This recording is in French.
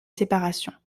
séparation